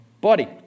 body